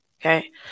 Okay